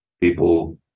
people